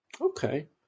Okay